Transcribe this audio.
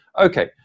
Okay